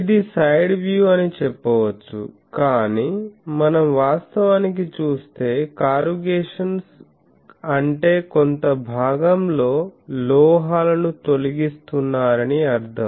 ఇది side view అని చెప్పవచ్చు కాని మనం వాస్తవానికి చూస్తే కారుగేషన్స్ అంటే కొంత భాగం లో లోహాలను తొలగిస్తున్నారని అర్థం